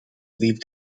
leave